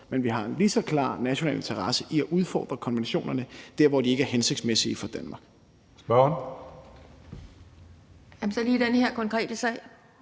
men at vi har en lige så klar national interesse i at udfordre konventionerne der, hvor de ikke er hensigtsmæssige for Danmark. Kl. 16:08 Tredje næstformand